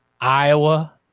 Iowa